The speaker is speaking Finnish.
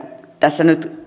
tässä nyt